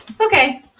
okay